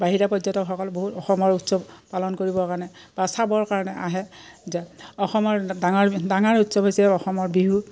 বাহিৰা পৰ্যটকসকল বহুত অসমৰ উৎসৱ পালন কৰিবৰ কাৰণে বা চাবৰ কাৰণে আহে যে অসমৰ ডাঙৰ ডাঙৰ উৎসৱ হৈছে অসমৰ বিহু